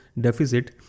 deficit